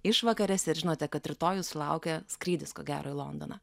išvakarėse ir žinote kad rytojus jūsų laukia skrydis ko gero į londoną